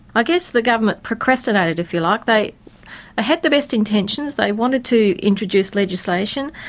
i guess the government procrastinated if you like. they ah had the best intentions, they wanted to introduce legislation,